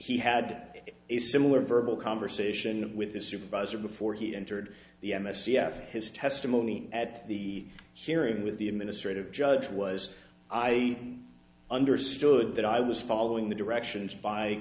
he had a similar verbal conversation with his supervisor before he entered the m s g after his testimony at the hearing with the administrative judge was i understood that i was following the directions by